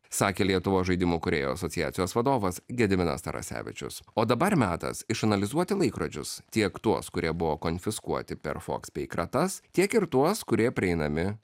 sakė lietuvos žaidimų kūrėjų asociacijos vadovas gediminas tarasevičius o dabar metas išanalizuoti laikrodžius tiek tuos kurie buvo konfiskuoti per fox pay kratas tiek ir tuos kurie prieinami